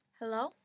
Hello